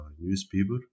newspaper